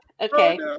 Okay